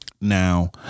Now